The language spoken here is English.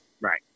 Right